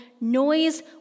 noise